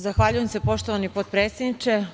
Zahvaljujem se, poštovani potpredsedniče.